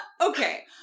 okay